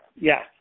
Yes